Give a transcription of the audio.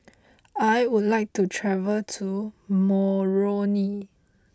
I would like to travel to Moroni